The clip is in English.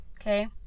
okay